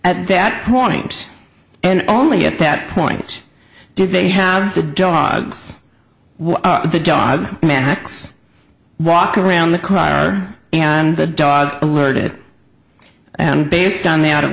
at that point and only at that point did they have the dogs the dog max walk around the car and the dog alerted and based on the out